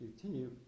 continue